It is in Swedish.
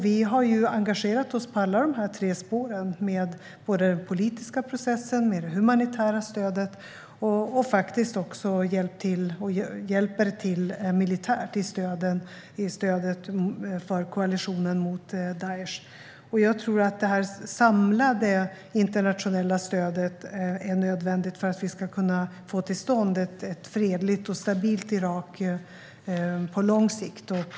Vi har engagerat oss i alla dessa tre spår: i den politiska processen, med det humanitära stödet och med militär hjälp i stödet till koalitionen mot Daish. Jag tror att det samlade internationella stödet är nödvändigt för att vi ska kunna få till stånd ett fredligt och stabilt Irak på lång sikt.